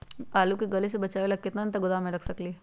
आलू के गले से बचाबे ला कितना दिन तक गोदाम में रख सकली ह?